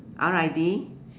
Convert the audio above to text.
R I D